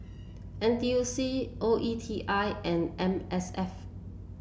N T U C O E T I and M S F